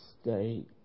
state